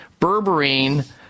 berberine